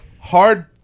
hard